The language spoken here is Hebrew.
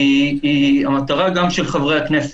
היא המטרה גם של חברי הכנסת,